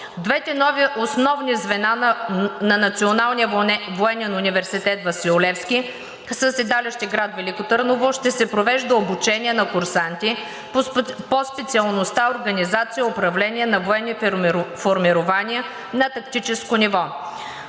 двете нови основни звена на Националния военен университет „Васил Левски“ със седалища в град Велико Търново ще се провежда обучение на курсанти по специалността „Организация и управление на военни формирования на тактическо ниво“